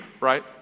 right